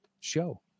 show